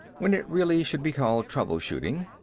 when it really should be called trouble-shooting.